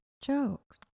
Jokes